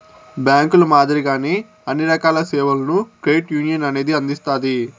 బ్యాంకుల మాదిరిగానే అన్ని రకాల సేవలను క్రెడిట్ యునియన్ అనేది అందిత్తాది